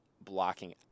blocking